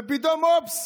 ופתאום, אופס,